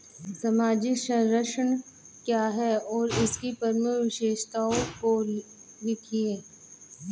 सामाजिक संरक्षण क्या है और इसकी प्रमुख विशेषताओं को लिखिए?